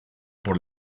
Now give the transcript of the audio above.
por